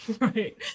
Right